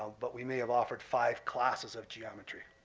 but we may have offered five classes of geometry.